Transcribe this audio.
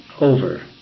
over